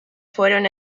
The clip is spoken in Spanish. fueron